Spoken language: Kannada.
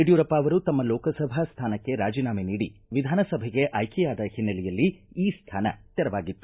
ಯಡ್ಕೂರಪ್ಪ ಅವರು ತಮ್ಮ ಲೋಕಸಭಾ ಸ್ಥಾನಕ್ಕೆ ರಾಜನಾಮ ನೀಡಿ ವಿಧಾನಸಭೆಗೆ ಆಯ್ಕೆಯಾದ ಹಿನ್ನೆಲೆಯಲ್ಲಿ ಈ ಸ್ಥಾನ ತೆರವಾಗಿತ್ತು